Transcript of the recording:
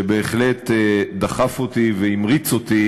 שבהחלט דחף אותי והמריץ אותי